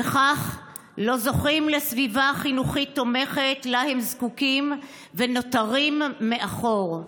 וכך לא זוכים לסביבה חינוכית תומכת שלה הם זקוקים ונותרים מאחור.